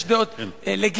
יש דעות לגיטימיות,